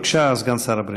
בבקשה, סגן שר הבריאות.